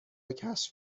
کشف